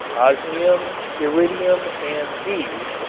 osmium, iridium, and these,